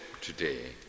today